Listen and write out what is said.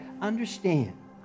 understand